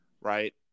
right